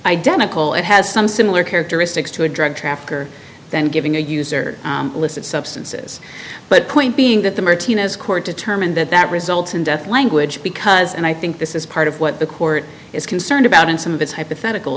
identical it has some similar characteristics to a drug trafficker then giving a user illicit substances but point being that the martinez court determined that that results in death language because and i think this is part of what the court is concerned about and some of it's hypothetical